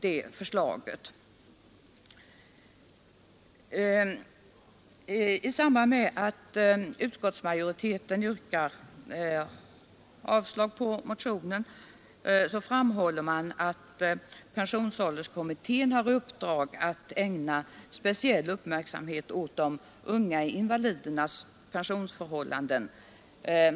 I samband med att utskottsmajoriteten yrkar avslag på motionen framhåller man att pensionsålderskommittén har i uppdrag att ägna speciell uppmärksamhet åt de unga invalidernas pensionsförhållanden.